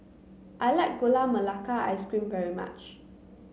I like Gula Melaka Ice Cream very much